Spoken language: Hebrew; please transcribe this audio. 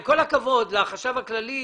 עם כל הכבוד לחשב הכללי,